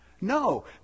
No